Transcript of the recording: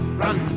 run